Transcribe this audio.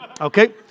okay